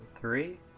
Three